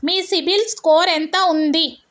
మీ CIBIL score ఎంత ఉంది?